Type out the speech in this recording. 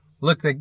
Look